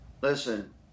Listen